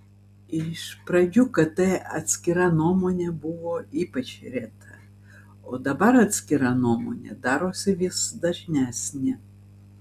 iš pradžių kt atskira nuomonė buvo ypač reta o dabar atskira nuomonė darosi vis dažnesnė